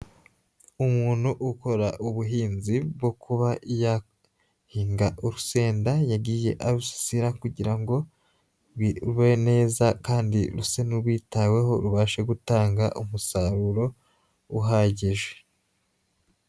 Umuntu ukora ubuhinzi bwo kuba yahinga urusenda, yagiye arusasira kugira ngo bibe neza, kandi ruse n'urwitaweho rubashe gutanga umusaruro uhagije.